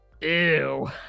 ew